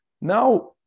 Now